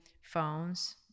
phones